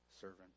servant